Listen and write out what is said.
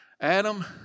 Adam